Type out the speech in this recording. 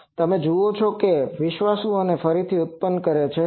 તો તમે જુઓ છો કે તે વિશ્વાસુ આને ફરીથી ઉત્પન્ન કરે છે